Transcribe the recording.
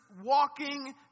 walking